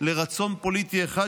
לרצון פוליטי אחד,